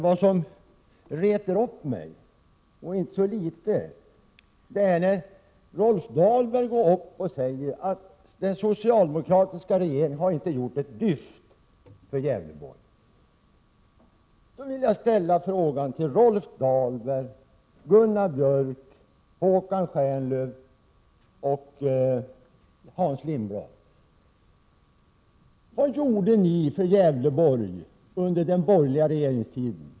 Vad som retar upp mig ganska mycket är att Rolf Dahlberg går upp och säger att den socialdemokratiska regeringen inte har gjort ett dyft för Gävleborg. Då vill jag fråga Rolf Dahlberg, Gunnar Björk, Håkan Stjernlöf och Hans Lindblad: Vad gjorde ni för Gävleborg under den borgerliga regeringstiden?